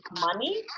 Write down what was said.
money